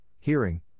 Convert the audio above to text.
hearing